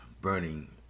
burning